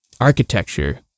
architecture